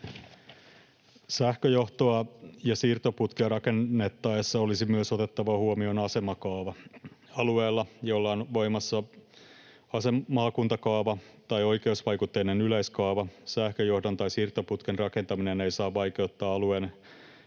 Sähköjohtoa ja siirtoputkea rakennettaessa olisi myös otettava huomioon asemakaava. Alueella, jolla on voimassa maakuntakaava tai oikeusvaikutteinen yleiskaava, sähköjohdon tai siirtoputken rakentaminen ei saa vaikeuttaa alueen